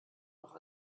noch